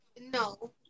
No